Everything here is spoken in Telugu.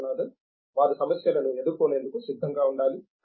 విశ్వనాథన్ వారు సమస్యలను ఎదుర్కొనేందుకు సిద్ధంగా ఉండాలి